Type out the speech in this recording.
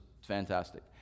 fantastic